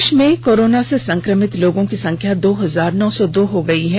देश में कोरोना से संक्रमित लोगों की संख्या दो हजार नौ सौ दो हो गयी है